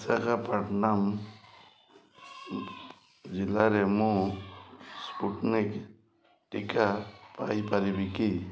ବିଶାଖାପାଟନମ୍ ଜିଲ୍ଲାରେ ମୁଁ ସ୍ପୁଟନିକ୍ ଟିକା ପାଇପାରିବି କି